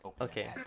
Okay